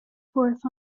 forth